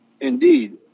indeed